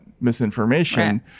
misinformation